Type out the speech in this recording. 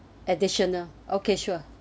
additional okay sure